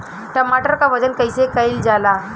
टमाटर क वजन कईसे कईल जाला?